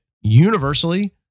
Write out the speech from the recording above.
universally